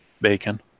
bacon